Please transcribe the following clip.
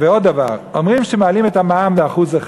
עוד דבר, אומרים שמעלים את המע"מ ב-1%.